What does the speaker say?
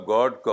God